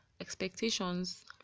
expectations